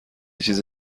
چیز